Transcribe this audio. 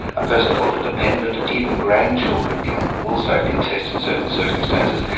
a person called a dependent, even grandchildren can also contest in certain circumstances,